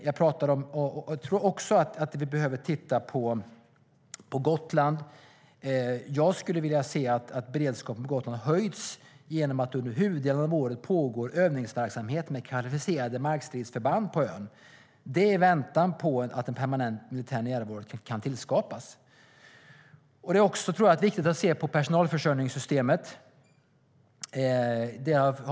Jag tror också att vi behöver titta på Gotland. Jag skulle vilja se att beredskapen på Gotland höjdes genom att det under huvuddelen av året pågick övningsverksamhet med kvalificerade markstridsförband på ön, det i väntan på att en permanent militär närvaro kan tillskapas. Det är också viktigt att se på personalförsörjningssystemet.